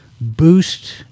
Boost